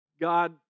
God